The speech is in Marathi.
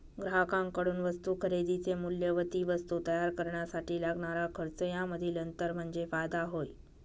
ग्राहकांकडून वस्तू खरेदीचे मूल्य व ती वस्तू तयार करण्यासाठी लागणारा खर्च यामधील अंतर म्हणजे फायदा होय